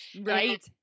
Right